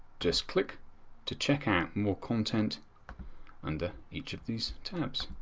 just click to check out more content under each of these tabs.